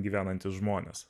gyvenantys žmonės